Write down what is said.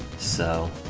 so